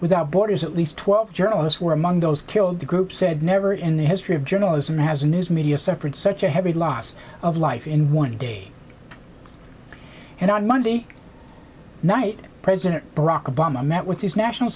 without borders at least twelve journalists were among those killed the group said never in the history of journalism has a news media separate such a heavy loss of life in one day and on monday night president barack obama met with his national